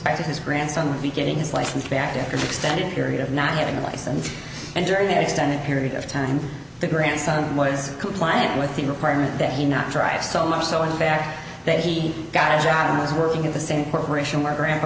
expected his grandson would be getting his license back to your extended period of not having a license and during that extended period of time the grandson was complying with the requirement that he not drive so much so in fact that he got a job was working in the same corporation where grandpa